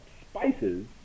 spices